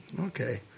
Okay